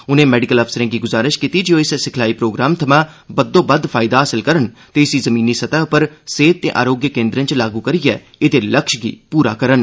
उनें मैडिकल अफसरें गी ग्जारिश कीती जे ओह इस सिखलाई प्रोग्राम थमां बद्धोबद्ध फायदा हासल करन ते इसी जमीनी सतह उप्पर सेहत ते आरोग्य केन्द्रें च लागू करियै एहदे लक्ष्य गी पूरा करन